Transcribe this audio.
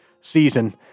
season